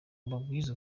mbabwize